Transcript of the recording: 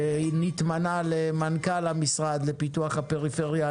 שהתמנה למנכ"ל המשרד לפיתוח הפריפריה,